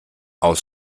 aus